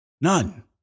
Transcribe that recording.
None